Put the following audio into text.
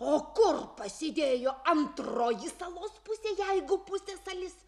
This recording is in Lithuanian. o kur pasidėjo antroji salos pusė jeigu pusiasalis